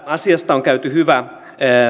asiasta on käyty hyvä